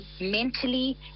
mentally